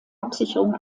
absicherung